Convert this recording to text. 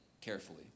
carefully